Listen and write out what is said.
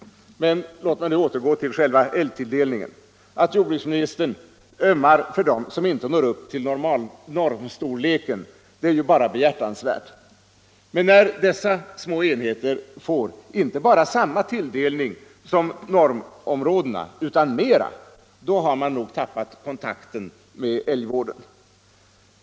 Men låt mig nu återgå till själva älgtilldelningen. Att jordbruksministern ömmar för dem som inte når upp till normstorleken är bara behjärtansvärt, men när dessa små enheter inte bara får samma tilldelning som normområdena utan mer, då har man tappat kontakten med älgvården.